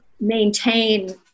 maintain